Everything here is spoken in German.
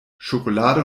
schokolade